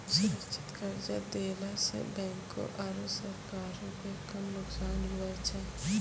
सुरक्षित कर्जा देला सं बैंको आरू सरकारो के कम नुकसान हुवै छै